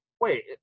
Wait